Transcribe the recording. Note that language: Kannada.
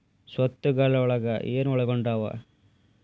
ಸ್ವತ್ತುಗಲೊಳಗ ಏನು ಒಳಗೊಂಡಾವ?